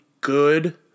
good